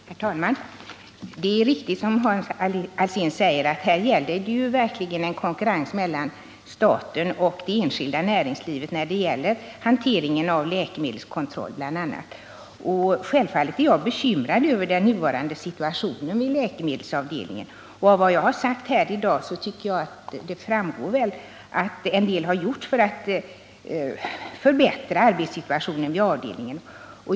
Herr talman! Det är riktigt som Hans Alsén säger att det bl.a. när det gäller hanteringen av läkemedelskontroll verkligen råder en konkurrens mellan staten och det enskilda näringslivet. Självfallet är jag bekymrad över den nuvarande situationen vid läkemedelsavdelningen. Av vad jag har sagt här i dag tycker jag att det framgår att en del har gjorts för att förbättra arbetssituationen på avdelningen.